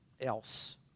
else